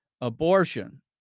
abortion